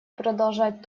продолжать